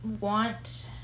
want